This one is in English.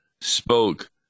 spoke